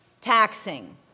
taxing